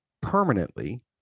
permanently